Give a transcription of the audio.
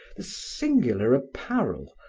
the singular apparel,